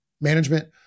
management